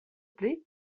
plait